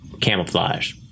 camouflage